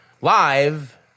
live